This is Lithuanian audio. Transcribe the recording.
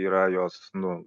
yra jos nu